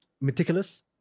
meticulous